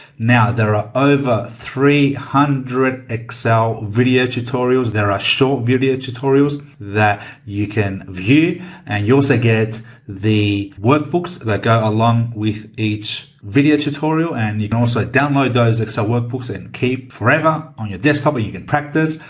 now, there are over three hundred excel video tutorials, there are short video tutorials that you can view and you also get the workbooks that go along with each video tutorial and you can also download those excel workbooks and keep forever on your desktop or you can practice,